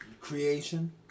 Creation